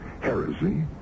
heresy